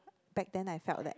back then I felt that